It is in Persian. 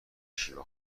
شیوا